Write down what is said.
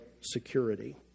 security